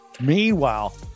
Meanwhile